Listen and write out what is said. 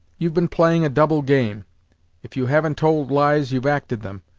you've been playing a double game if you haven't told lies, you've acted them.